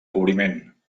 cobriment